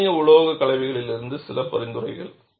அலுமினிய உலோகக் கலவைகளுக்கு இது சில பரிந்துரைகள்